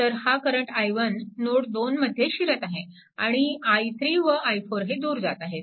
तर हा current i1 node 2 मध्ये शिरत आहे आणि i3 व i4 हे दूर जात आहेत